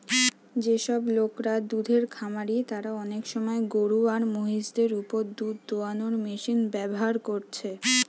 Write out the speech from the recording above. যেসব লোকরা দুধের খামারি তারা অনেক সময় গরু আর মহিষ দের উপর দুধ দুয়ানার মেশিন ব্যাভার কোরছে